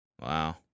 Wow